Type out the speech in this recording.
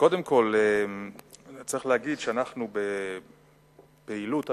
קודם כול צריך להגיד שאנחנו, בפעילות הממשלה,